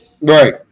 Right